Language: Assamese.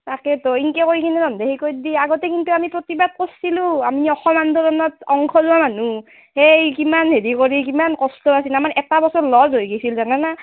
তাকেতো এনেকৈ কৰি কিনে তহঁতে হেৰি কৰি দি আগতে কিন্তু আমি প্ৰতিবাদ কৰিছিলোঁ আমি অসম আন্দোলনত অংশ লোৱা মানুহ এই কিমান হেৰি কৰি কিমান কষ্ট আছিল আমাৰ এটা বছৰ লছ হৈ গৈছিল জানানা